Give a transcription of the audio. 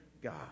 god